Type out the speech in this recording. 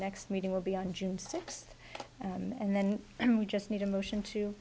next meeting will be on june sixth and then and we just need a motion to